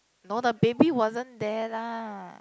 no the baby wasn't there lah